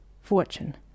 fortune